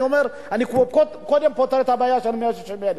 אני קודם פותר את הבעיה של ה-160,000.